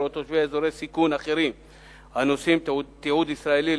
או תושבי אזורי סיכון אחרים הנושאים תיעוד ישראלי,